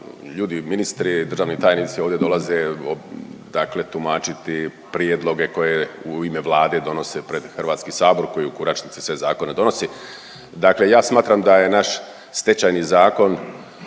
ljudi ministri, državni tajnici ovdje dolaze dakle tumačiti prijedloge koje u ime Vlade donose pred Hrvatski sabor koji u konačnici sve zakone donosi. Dakle, ja smatram da je naš Stečajni zakon,